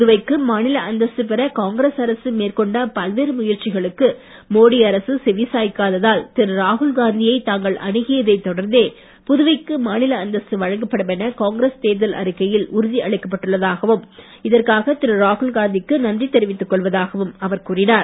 புதுவைக்கு மாநில அந்தஸ்து பெற காங்கிரஸ் அரசு மேற்கொண்ட பல்வேறு முயற்சிகளுக்கு மோடி அரசு செவிசாய்க்காததால் திரு ராகுல்காந்தியை தாங்கள் அணுகியதைத் தொடர்ந்தே புதுவைக்கு மாநில அந்தஸ்து வழங்கப்படும் என காங்கிரஸ் தேர்தல் அறிக்கையில் உறுதி அளிக்கப்பட்டுள்ளதாகவும் இதற்காக திரு ராகுல்காந்திக்கு நன்றி தெரிவித்துக் கொள்வதாகவும் அவர் கூறினார்